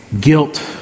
guilt